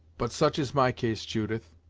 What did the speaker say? but such is my case, judith.